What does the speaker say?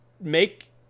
make